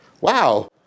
Wow